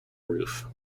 roof